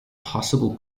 possible